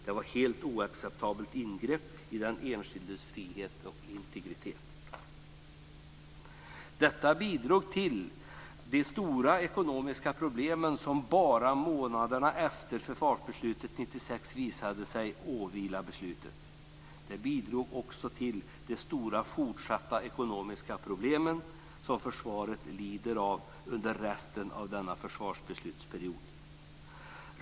Det var ett helt oacceptabelt ingrepp i den enskildes frihet och integritet. Detta bidrog till de stora ekonomiska problem som bara månaderna efter försvarsbeslutet 1996 visade sig åvila beslutet. Det bidrog också till de stora fortsatta ekonomiska problem som försvaret lider av under resten av denna försvarsbeslutsperiod.